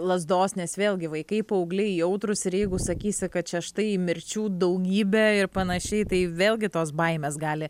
lazdos nes vėlgi vaikai paaugliai jautrūs ir jeigu sakysi kad čia štai mirčių daugybė ir panašiai tai vėlgi tos baimės gali